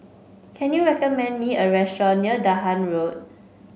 can you recommend me a restaurant near Dahan Road